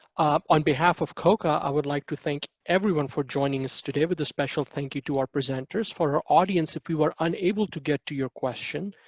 on behalf of coca, i would like to thank everyone for joining us today with a special thank you to our presenters. for our audience, if we were unable to get to your question,